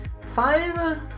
five